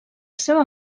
seva